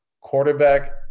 quarterback